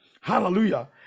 hallelujah